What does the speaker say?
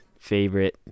favorite